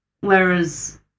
Whereas